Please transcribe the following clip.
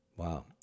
Wow